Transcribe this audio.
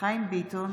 חיים ביטון,